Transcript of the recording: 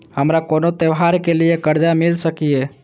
हमारा कोनो त्योहार के लिए कर्जा मिल सकीये?